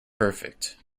perfect